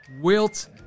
Wilt